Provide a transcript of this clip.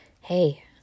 Hey